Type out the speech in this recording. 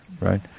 right